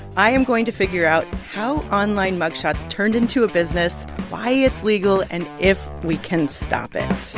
i am going to figure out how online mug shots turned into a business, why it's legal and if we can stop it